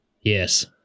yes